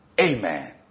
Amen